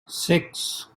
six